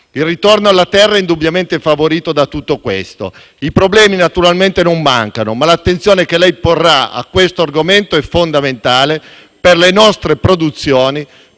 Il ritorno alla terra è indubbiamente favorito da tutto questo. I problemi, naturalmente, non mancano, ma l'attenzione che lei porrà a tale argomento è fondamentale per le nostre produzioni,